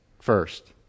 first